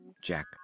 Jack